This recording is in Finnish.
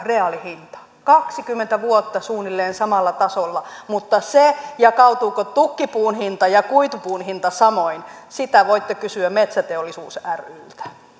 reaalihinta kaksikymmentä vuotta suunnilleen samalla tasolla mutta sitä jakautuuko tukkipuun hinta ja kuitupuun hinta samoin voitte kysyä metsäteollisuus ryltä